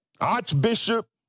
archbishop